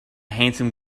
handsome